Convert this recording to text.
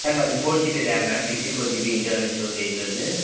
ma'am அது four GB RAM ma'am sixty four GB internal storage வருது